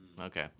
Okay